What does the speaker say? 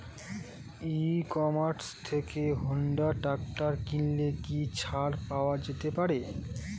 ই commerce থেকে Honda tractor কিনলে কি ছাড় পাওয়া যেতে পারে?